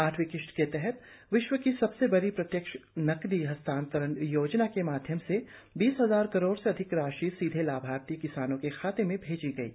आठवीं किस्त के तहत विश्व की सबसे बड़ी प्रत्यक्ष नकदी हस्तांतरण योजना के माध्यम से बीस हजार करोड़ से अधिक राशि सीधे लाभार्थी किसानों के खातों में भेजी गई है